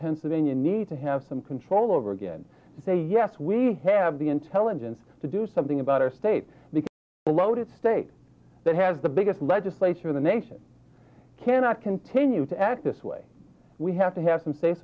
pennsylvania need to have some control over again to say yes we have the intelligence to do something about our state the loaded state that has the biggest legislature in the nation cannot continue to act this way we have to have some s